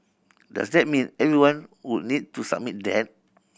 does that mean everyone would need to submit that